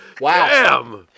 Wow